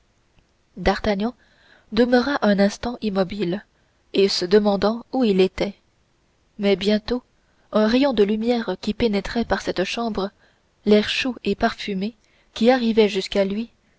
d'artagnan demeura un instant immobile et se demandant où il était mais bientôt un rayon de lumière qui pénétrait par cette chambre l'air chaud et parfumé qui arrivait jusqu'à lui